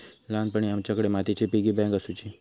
ल्हानपणी आमच्याकडे मातीची पिगी बँक आसुची